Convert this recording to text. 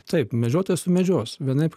taip medžiotojas sumedžios vienaip